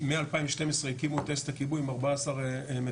ומ-2012 הקימו את טייסת הכיבוי עם 14 מטוסים.